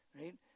right